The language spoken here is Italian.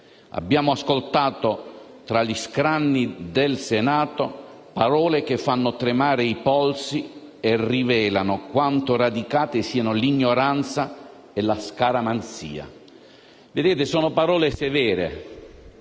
di aver ascoltato tra gli scranni del Senato parole che fanno tremare i polsi e rivelano quanto radicate siano l'ignoranza e la scaramanzia. Sono parole severe,